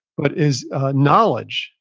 but is knowledge.